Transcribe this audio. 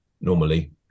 normally